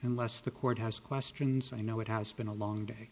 nless the court house questions i know it has been a long day